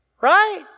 Right